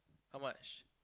how much